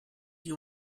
you